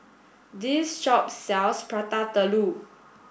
this shop sells Prata Telur